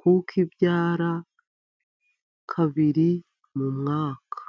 kuko ibyara kabiri mu mwaka.